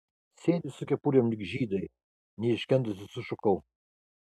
sėdi su kepurėm lyg žydai neiškentusi sušukau